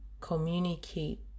communicate